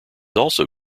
also